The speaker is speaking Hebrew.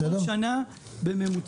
כל שנה בממוצע,